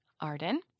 Arden